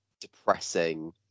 depressing